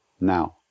now